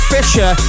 Fisher